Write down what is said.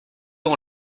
ont